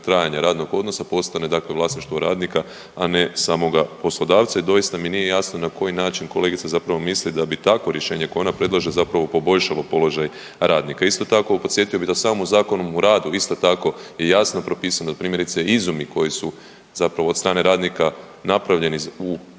trajanja radnog odnosa postane dakle vlasništvo radnika, a ne samoga poslodavca i doista mi nije jasno na koji način kolegica zapravo misli da bi takvo rješenje koje ona predlaže zapravo poboljšalo položaj radnika. Isto tako podsjetio bi da u samom Zakonu o radu isto tako je jasno propisano primjerice izumi koji su zapravo od strane radnika napravljeni